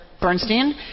Bernstein